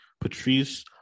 Patrice